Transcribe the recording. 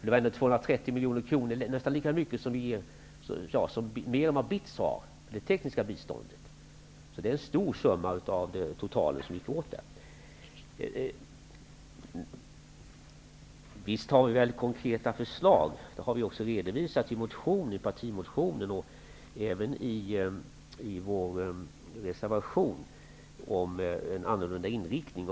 Det gäller 230 miljoner kronor, dvs. mer än vad BITS har till förfogande för det tekniska biståndet. Det var alltså en stor del av den totala summan som gick åt till detta. Visst har vi konkreta förslag, och dem har vi bl.a. redovisat i partimotionen och i vår reservation om en annorlunda inriktning.